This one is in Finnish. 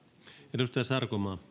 arvoisa herra